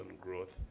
growth